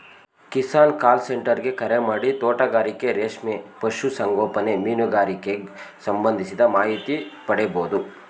Kisan call centre ಗೆ ಕರೆಮಾಡಿ ತೋಟಗಾರಿಕೆ ರೇಷ್ಮೆ ಪಶು ಸಂಗೋಪನೆ ಮೀನುಗಾರಿಕೆಗ್ ಸಂಬಂಧಿಸಿದ ಮಾಹಿತಿ ಪಡಿಬೋದು